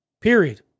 Period